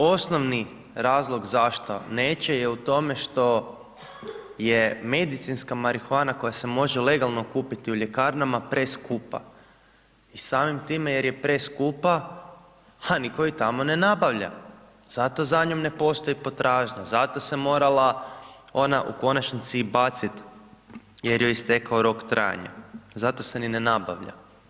Osnovni razlog zašto neće, je u time, što je medicinska marihuana, koja se može legalno kupiti u ljekarnama preskupa i samim time, jer je preskupa, nitko je tamo ne nabava, zato za njim ne postoji potražnja, zato se moralo ona i u konačnici baciti, jer joj je istakao rok trajanja, zato se i ne nabavlja.